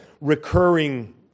recurring